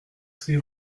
six